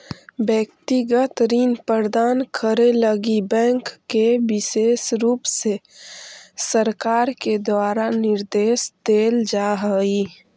व्यक्तिगत ऋण प्रदान करे लगी बैंक के विशेष रुप से सरकार के द्वारा निर्देश देल जा हई